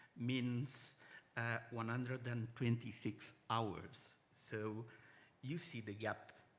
means one hundred and twenty six hours. so you see the gap.